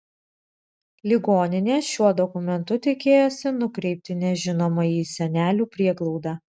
ligoninė šiuo dokumentu tikėjosi nukreipti nežinomąjį į senelių prieglaudą